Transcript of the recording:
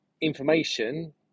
information